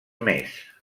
més